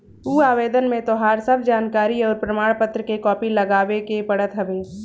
उ आवेदन में तोहार सब जानकरी अउरी प्रमाण पत्र के कॉपी लगावे के पड़त हवे